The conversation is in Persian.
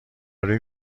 روی